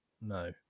No